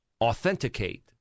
authenticate